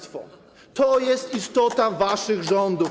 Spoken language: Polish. To jest istota waszych rządów.